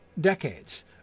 decades